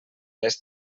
les